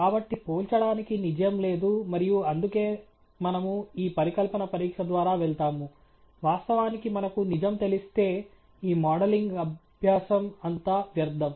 కాబట్టి పోల్చడానికి నిజం లేదు మరియు అందుకే మనము ఈ పరికల్పన పరీక్ష ద్వారా వెళ్తాము వాస్తవానికి మనకు నిజం తెలిస్తే ఈ మోడలింగ్ అభ్యసం అంతా వ్యర్థం